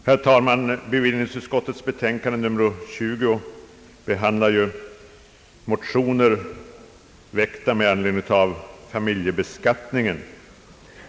Herr talman! I bevillningsutskottets betänkande nr 20 behandlas motioner angående familjebeskattningen.